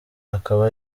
akaba